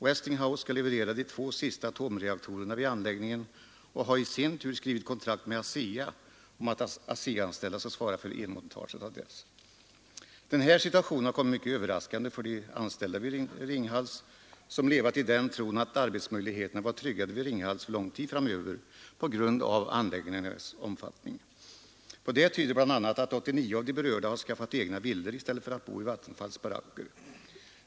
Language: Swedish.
Westinghouse skall leverera de två sista atomreaktorerna vid anläggningen och har i sin tur skrivit kontrakt med ASEA om att ASEA-anställda skall svara för elmontaget av dessa. Den här situationen har kommit mycket överraskande för de anställda vid Ringhals, som levat i den tron att arbetsmöjligheterna var tryggade vid Ringhals för lång tid framöver på grund av anläggningarnas omfattning. På detta tyder bl.a. att 89 av de berörda har skaffat egna villor i stället för att bo i Vattenfalls baracker.